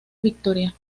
victoria